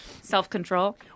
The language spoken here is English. Self-control